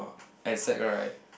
oh exact right